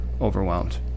overwhelmed